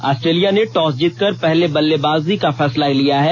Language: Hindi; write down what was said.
ऑस्ट्रेलिया ने टॉस जीतकर पहले बल्लेबाजी का फैसला लिया है